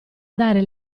dare